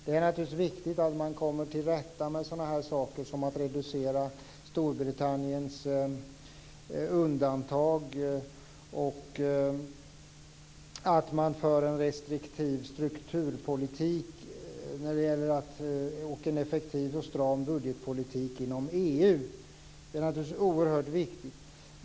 Det är naturligtvis viktigt att man kommer till rätta med sådana saker som att reducera Storbritanniens undantag, och att man för en restriktiv strukturpolitik och en effektiv och stram budgetpolitik inom EU. Det är naturligtvis oerhört viktigt.